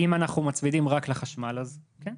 אם אנחנו מצמידים רק לחשמל, אז כן.